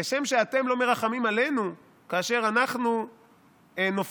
כשם שאתם לא מרחמים עלינו כאשר אנחנו נופלים,